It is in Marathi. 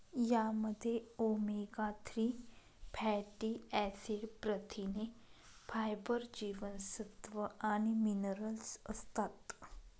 यामध्ये ओमेगा थ्री फॅटी ऍसिड, प्रथिने, फायबर, जीवनसत्व आणि मिनरल्स असतात